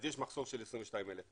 אז יש מחסור של 22 אלף.